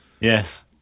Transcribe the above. Yes